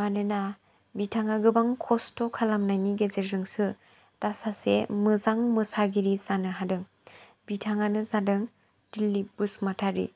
मानोना बिथांआ गोबां खस्थ' खालामनायनि गेजेरजोंसो दा सासे मोजां मोसागिरि जानो हादों बिथांआनो जादों दिलिफ बसुमाथारि